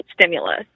stimulus